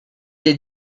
des